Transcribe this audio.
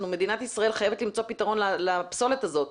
מדינת ישראל חייבת למצוא פתרון לפסולת הזאת.